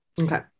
Okay